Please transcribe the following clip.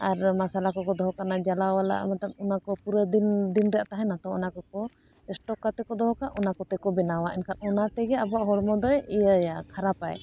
ᱟᱨ ᱢᱚᱥᱞᱟ ᱠᱚᱠᱚ ᱫᱚᱦᱚ ᱠᱟᱜ ᱠᱟᱱᱟ ᱡᱟᱞᱟᱣᱟᱞᱟ ᱢᱚᱛᱞᱚᱵᱽ ᱚᱱᱟ ᱠᱚ ᱯᱩᱨᱟᱹ ᱫᱤᱱ ᱫᱤᱱ ᱨᱮᱭᱟᱜ ᱛᱟᱦᱮᱱᱟ ᱛᱚ ᱚᱱᱟ ᱠᱚᱠᱚ ᱥᱴᱚᱠ ᱠᱟᱛᱮ ᱠᱚ ᱫᱚᱦᱚ ᱠᱟᱜ ᱚᱱᱟ ᱠᱚᱛᱮ ᱠᱚ ᱵᱮᱱᱟᱣᱟ ᱮᱱᱠᱷᱟᱱ ᱚᱱᱟ ᱛᱮᱜᱮ ᱟᱵᱚᱣᱟᱜ ᱦᱚᱲᱢᱚ ᱫᱚᱭ ᱤᱭᱟᱹᱭᱟ ᱠᱷᱟᱨᱟᱯᱟᱭ